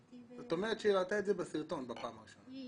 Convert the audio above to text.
זאת אומרת שהיא ראתה את זה בסרטון בפעם הראשונה.